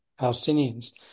Palestinians